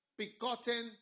begotten